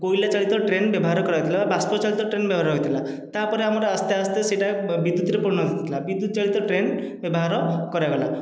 କୋଇଲା ଚାଳିତ ଟ୍ରେନ ବ୍ୟବହାର କରାଯାଇଥିଲା ବାଷ୍ପ ଚାଳିତ ଟ୍ରେନ ବ୍ୟବହାର ହୋଇଥିଲା ତା'ପରେ ଆମର ଆସ୍ତେ ଆସ୍ତେ ସେହିଟା ବିଦ୍ୟୁତରେ ପରିଣତ ହୋଇଥିଲା ବିଦ୍ୟୁତ ଚାଳିତ ଟ୍ରେନ ବ୍ୟବହାର କରାଗଲା